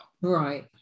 Right